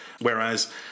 whereas